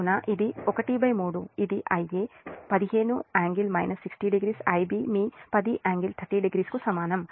కాబట్టి ఇది 13 ఇది Ia 15∟ 60o Ib మీ10 ∟30o కు సమానం